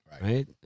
Right